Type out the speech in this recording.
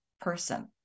person